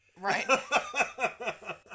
Right